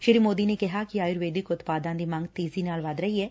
ਸ੍ਰੀ ਮੋਦੀ ਨੇ ਕਿਹਾ ਕਿ ਆਯੂਰਵੇਦਿਕ ਉਤਪਾਦਾਂ ਦੀ ਮੰਗ ਤੇਜ਼ੀ ਨਾਲ ਵੱਧ ਰਹੀ ਐ